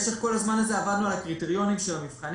במשך כל הזמן הזה עבדנו על הקריטריונים של המבחנים,